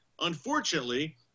Unfortunately